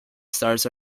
stars